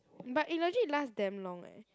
but eh legit last damn long eh